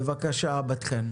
בת חן, בבקשה.